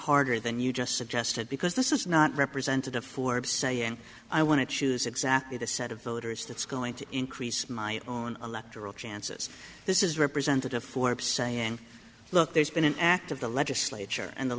harder than you just suggested because this is not representative forbes say and i want to choose exactly the set of voters that's going to increase my own electoral chances this is represent to forbes saying look there's been an act of the legislature and the